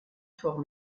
fort